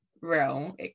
real